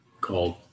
called